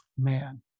man